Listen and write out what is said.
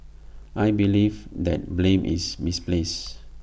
I believe that blame is misplaced